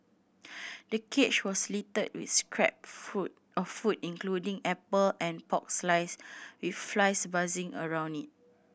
the cage was littered with scrap food of food including apple and pork slice with flies buzzing around it